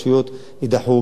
על-פי מה שוועדת הבחירות תציע,